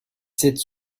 cette